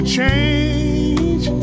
change